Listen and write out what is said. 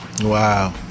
Wow